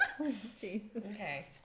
Okay